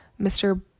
Mr